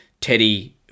Teddy